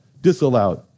disallowed